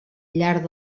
llarg